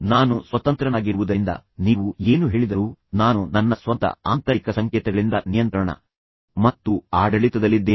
ನಾನು ಸ್ವತಂತ್ರನಾಗಿರುವುದರಿಂದ ನೀವು ಏನು ಹೇಳಿದರೂ ನಾನು ನನ್ನ ಸ್ವಂತ ಆಂತರಿಕ ಸಂಕೇತಗಳಿಂದ ನಿಯಂತ್ರಣ ಮತ್ತು ಆಡಳಿತದಲ್ಲಿದ್ದೇನೆ